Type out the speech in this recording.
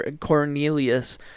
Cornelius